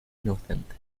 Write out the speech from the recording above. inocente